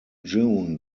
june